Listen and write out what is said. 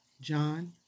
John